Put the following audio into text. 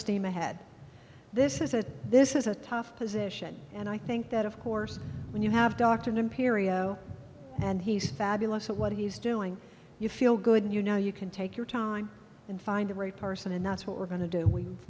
steam ahead this is a this is a tough position and i think that of course when you have dr empiria and he's fabulous at what he's doing you feel good and you know you can take your time and find the right person and that's what we're go